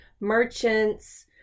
merchants